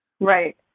Right